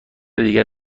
دیگر